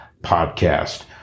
podcast